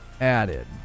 added